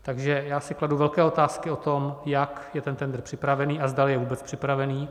Takže já si kladu velké otázky o tom, jak je ten tendr připravený a zdali je vůbec připravený.